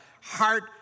heart